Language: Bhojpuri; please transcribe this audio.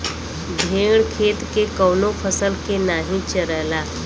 भेड़ खेत के कवनो फसल के नाही चरला